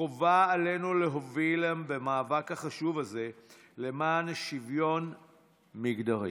חובה עלינו להוביל במאבק החשוב הזה למען שוויון מגדרי.